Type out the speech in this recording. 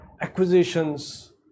acquisitions